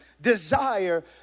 desire